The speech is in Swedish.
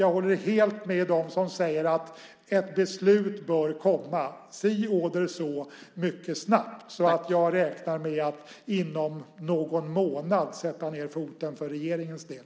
Jag håller helt med dem som säger att ett beslut bör komma so oder so mycket snabbt. Jag räknar med att inom någon månad sätta ned foten för regeringens del.